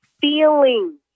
feeling